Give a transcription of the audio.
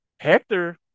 Hector